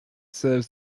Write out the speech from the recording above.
serves